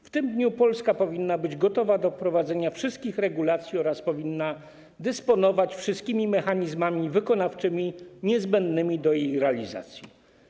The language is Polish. W tym dniu Polska powinna była być gotowa do wprowadzenia wszystkich regulacji oraz powinna była dysponować wszystkimi mechanizmami wykonawczymi niezbędnymi do ich realizacji.